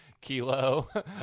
kilo